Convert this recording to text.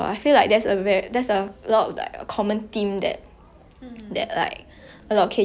like how to say like more morality and like death and all that cause like I used to watch